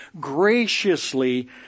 graciously